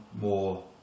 more